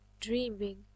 dreaming